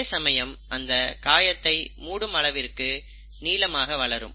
அதேசமயம் அந்த காயத்தை மூடும் அளவிற்கு நீளமாக வளரும்